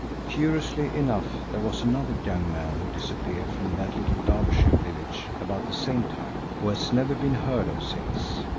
curiously enough, there was another young man who disappeared from that little derbyshire village about the same time, who has never been heard of since.